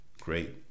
great